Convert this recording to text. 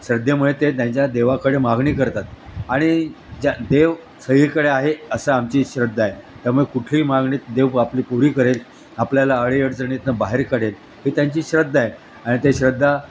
श्रद्धेमुळे ते त्यांच्या देवाकडे मागणी करतात आणि ज्या देव सगळीकडे आहे असा आमची श्रद्धा आहे त्यामुळे कुठलीही मागणी देव आपली पुरी करेल आपल्याला अडीअडचणीतून बाहेर काडेल ही त्यांची श्रद्धा आहे आणि ते श्रद्धा